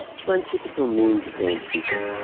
friendship still means the same to people,